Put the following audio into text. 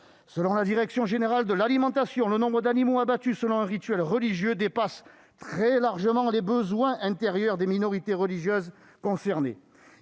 Selon la Direction générale de l'alimentation (DGAL), le nombre d'animaux abattus selon un rituel religieux dépasse très largement les besoins intérieurs des minorités religieuses concernées.